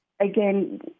again